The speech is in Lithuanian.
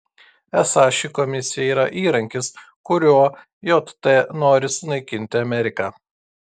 esą ši komisija yra įrankis kuriuo jt nori sunaikinti ameriką